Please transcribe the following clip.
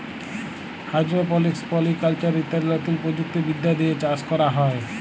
hydroponics, polyculture ইত্যাদি লতুন প্রযুক্তি বিদ্যা দিয়ে চাষ ক্যরা হ্যয়